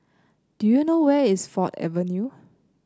do you know where is Ford Avenue